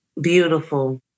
beautiful